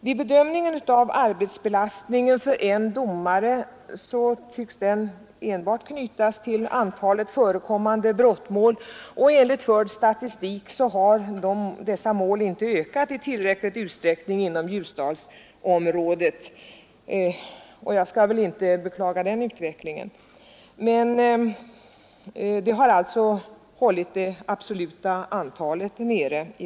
Vid bedömningen av arbetsbelastningen för en domare tycks den enbart knytas till antalet förekommande brottmål, men enligt förd statistik har dessa mål inte ökat i tillräcklig utsträckning inom Ljusdalsområdet. Jag skall väl inte beklaga den utvecklingen. Antalet har i detta fall hållits nere.